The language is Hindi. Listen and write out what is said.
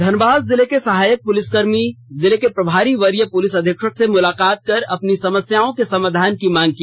धनबाद जिले के सहायक पुलिसकर्मी जिले के प्रभारी वरीय पुलिस अधीक्षक से मुलाकात कर अपनी समस्याओं के समाधान की मांग की